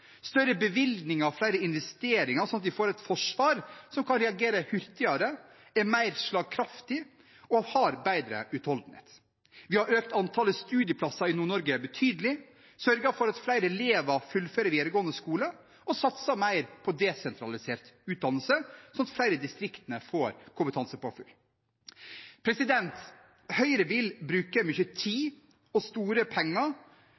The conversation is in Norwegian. større bevilgninger og flere investeringer, sånn at vi får et forsvar som kan reagere hurtigere, er mer slagkraftig og har bedre utholdenhet. Vi har økt antallet studieplasser i Nord-Norge betydelig, sørget for at flere elever fullfører videregående skole og satset mer på desentralisert utdannelse, sånn at flere i distriktene får kompetansepåfyll. Høyre vil ikke bruke mye tid og store penger